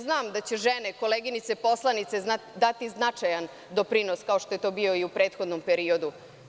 Znam da će žene, koleginice, poslanice, dati značajan doprinos, kao što je to bilo i u prethodnom periodu.